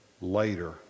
later